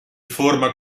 forma